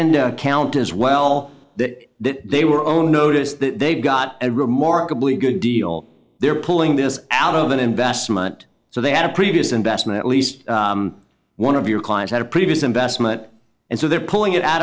into account as well that that they were own notice that they've got a remarkably good deal they're pulling this out of an investment so they had a previous investment at least one of your clients had a previous investment and so they're pulling it out